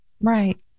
Right